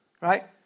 right